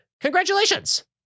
Congratulations